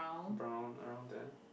brown around there